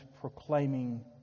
proclaiming